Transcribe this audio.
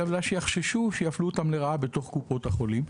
אלא בגלל שיחששו שיפלו אותם לרעה בתוך קופות החולים.